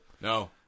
no